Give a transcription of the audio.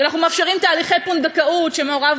אנחנו מאפשרים תהליכי פונדקאות שמעורב